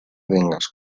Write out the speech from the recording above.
vengas